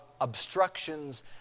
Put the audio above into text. obstructions